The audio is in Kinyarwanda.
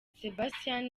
sebastian